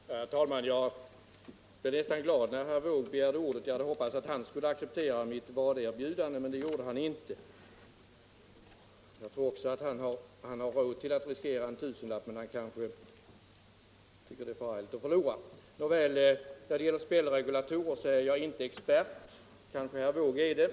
Herr talman! Jag blev glad när herr Wååg begärde ordet. Jag hoppades att han för sin del tänkte acceptera mitt vaderbjudande, men det gjorde han inte. Han har nog råd att riskera en tusenlapp, men han kanske tycker att det är förargligt att förlora. Nåväl, när det gäller spjällregulatorer är jag inte expert — kanske herr Wååg är det.